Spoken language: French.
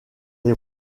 les